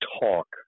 talk